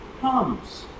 comes